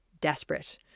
desperate